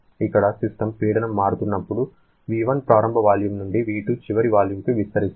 ఇక్కడ సిస్టమ్ పీడనం మారుతున్నప్పుడు V1 ప్రారంభ వాల్యూమ్ నుండి V2 చివరి వాల్యూమ్కు విస్తరిస్తోంది